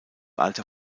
alter